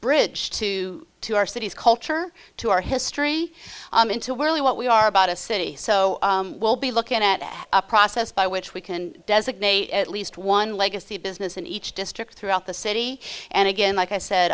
bridge to to our cities culture to our history into we're really what we are about a city so we'll be looking at a process by which we can designate at least one legacy business in each district throughout the city and again like i said